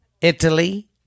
Italy